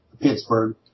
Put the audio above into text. Pittsburgh